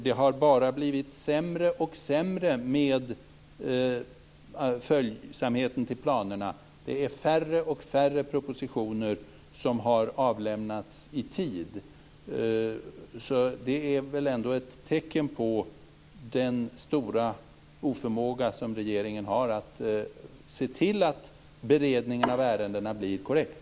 Det har bara blivit sämre och sämre med följsamheten av planerna. Färre och färre propositioner har avlämnats i tid. Det är väl ändå ett tecken på den stora oförmåga som regeringen har att se till att beredningen av ärendena blir korrekt.